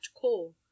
call